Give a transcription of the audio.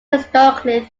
historically